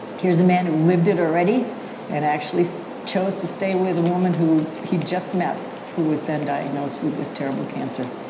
here's a man who lived it already and actually chose to stay with a woman who he just met who was then diagnosed with this terrible cancer.